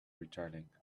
returning